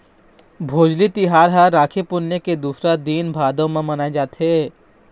भोजली तिहार ह राखी पुन्नी के दूसर दिन भादो म मनाए जाथे